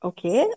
Okay